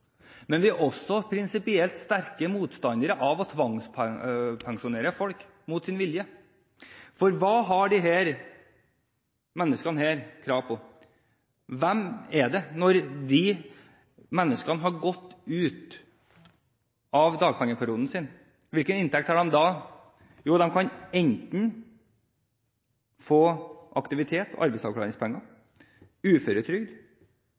Men vi er også prinsipielt sterke motstandere av å tvangspensjonere folk mot sin vilje. For hva har disse menneskene krav på? Hvem er de? Når disse menneskene har gått ut av dagpengeperioden sin, hvilken inntekt har de da? Jo, de kan enten få aktivitet, arbeidsavklaringspenger, uføretrygd,